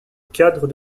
cadre